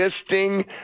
existing